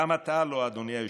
גם אתה לא, אדוני היושב-ראש,